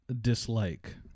dislike